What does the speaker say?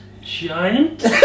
giant